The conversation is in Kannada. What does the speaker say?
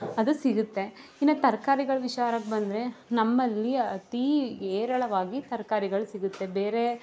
ಅದು ಸಿಗುತ್ತೆ ಇನ್ನು ತರ್ಕಾರಿಗಳ ವಿಚಾರಕ್ಕೆ ಬಂದರೆ ನಮ್ಮಲ್ಲಿ ಅತಿ ಹೇರಳವಾಗಿ ತರ್ಕಾರಿಗಳು ಸಿಗುತ್ತೆ ಬೇರೆ